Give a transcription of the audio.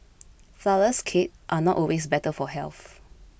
Flourless Cakes are not always better for health